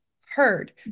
heard